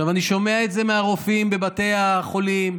אני שומע את זה מהרופאים בבתי החולים,